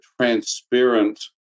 transparent